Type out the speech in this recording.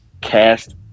cast